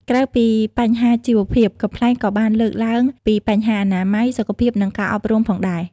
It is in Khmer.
ក្រៅពីបញ្ហាជីវភាព កំប្លែងក៏បានលើកឡើងពីបញ្ហាអនាម័យ សុខភាព និងការអប់រំផងដែរ។